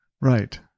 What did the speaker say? Right